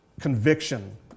conviction